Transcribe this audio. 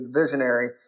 visionary